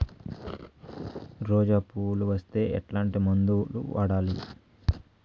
రోజా పువ్వులు వస్తే ఎట్లాంటి మందులు వాడాలి?